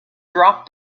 dropped